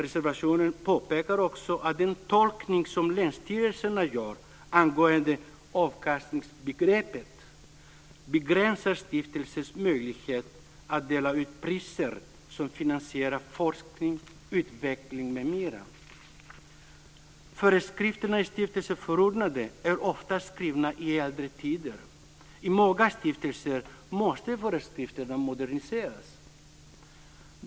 Man påpekar också att den tolkning som länsstyrelserna gör av avkastningsbegreppet begränsar stiftelsers möjlighet att dela ut priser som finansierar forskning, utveckling, m.m. Föreskrifterna för stiftelseförordnanden är ofta skrivna i äldre tider. I många stiftelser måste föreskrifterna moderniseras.